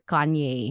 Kanye